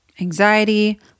anxiety